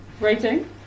Rating